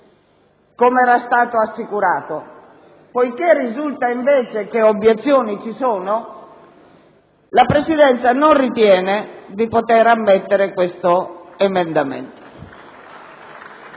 come è stato assicurato. Poiché risulta che obiezioni ci sono, la Presidenza non ritiene di poter ammettere l'emendamento